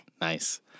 Nice